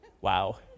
wow